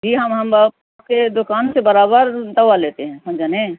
جی ہم ہم کے دکان سے برابر دوا لیتے ہیں سمجھا نا